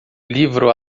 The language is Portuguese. livro